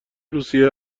روسیه